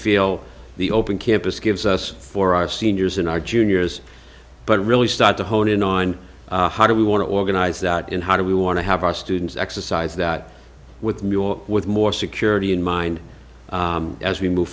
feel the open campus gives us for our seniors and our juniors but really start to hone in on how do we want to organize that and how do we want to have our students exercise that with with more security in mind as we move